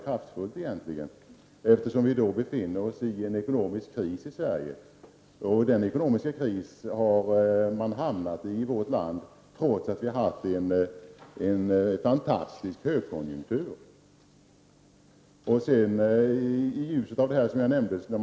Vi befinner oss i en ekonomisk kris i Sverige, vilken vi ju har hamnat i trots att vi har haft en fantastisk högkonjunktur.